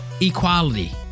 equality